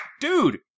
dude